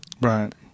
right